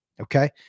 Okay